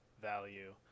value